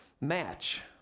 match